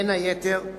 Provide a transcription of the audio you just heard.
בין היתר,